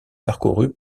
parcourus